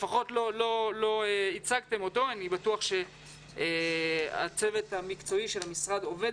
לפחות לא הצגתם אותו למרות שאני בטוח שהצוות המקצועי של המשרד עובד